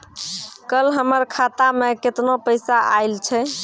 कल हमर खाता मैं केतना पैसा आइल छै?